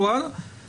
הם בכלל לא שם.